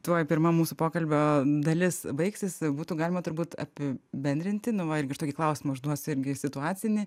tuoj pirma mūsų pokalbio dalis baigsis būtų galima turbūt api bendrinti nu va irgi aš tokį klausimą užduosiu irgi situacinį